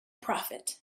profit